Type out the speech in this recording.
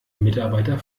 mitarbeiter